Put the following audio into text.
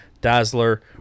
Dazzler